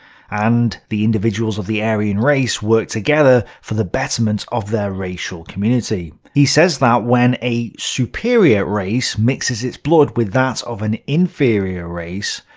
and the individuals of the aryan race work together for the betterment of their racial community. he says that, when a superior race mixes its blood with that of an inferior race,